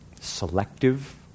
selective